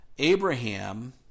Abraham